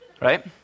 Right